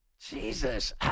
Jesus